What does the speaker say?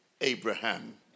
Abraham